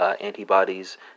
antibodies